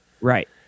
Right